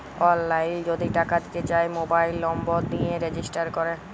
অললাইল যদি টাকা দিতে চায় মবাইল লম্বর দিয়ে রেজিস্টার ক্যরে